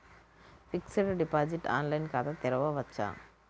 Fixed deposit online ఖాతా తెరువవచ్చా?